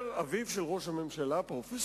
של "מעריב",